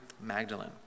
Magdalene